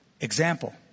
Example